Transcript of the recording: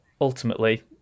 ultimately